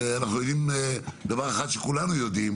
אנחנו יודעים דבר אחד, כולנו יודעים